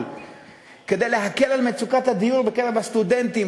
כדי להקל על מצוקת הדיור בקרב הסטודנטים,